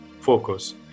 focus